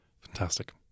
Fantastic